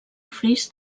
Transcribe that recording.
fris